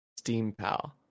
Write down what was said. SteamPal